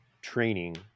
training